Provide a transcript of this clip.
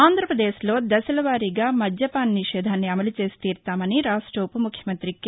ఆంధ్రప్రదేశ్ లో దశలవారీగా మద్యపాన నిషేధాన్ని అమలు చేసి తీరుతామని రాష్ట ఉప ముఖ్యమంత్రి కె